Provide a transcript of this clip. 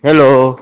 hello